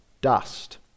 dust